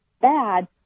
bad